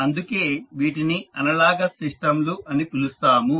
అందుకే వీటిని అనలాగస్ సిస్టంలు అని పిలుస్తాము